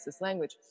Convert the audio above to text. language